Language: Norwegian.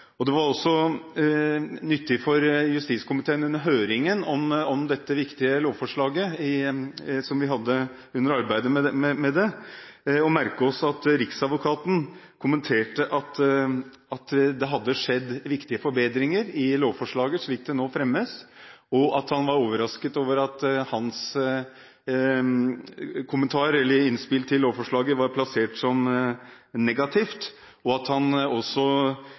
nå. Det var nyttig for justiskomiteen under høringen vi hadde i arbeidet med dette viktige lovforslaget, å merke seg at riksadvokaten kommenterte at det hadde skjedd viktige forbedringer i lovforslaget slik det nå fremmes, og at han var overrasket over at hans kommentarer eller innspill til lovforslaget var plassert som negativt. Han kommenterte også at